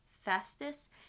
fastest